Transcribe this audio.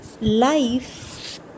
life